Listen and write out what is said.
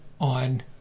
on